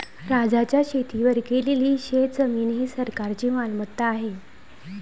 राज्याच्या शेतीवर केलेली शेतजमीन ही सरकारची मालमत्ता आहे